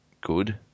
good